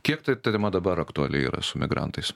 kiek tai ta tema dabar aktuali yra su migrantais